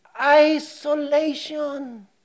isolation